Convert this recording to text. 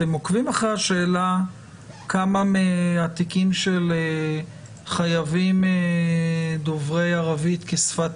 אתם עוקבים אחרי השאלה כמה מהתיקים של חייבים דוברי ערבית כשפת